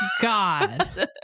god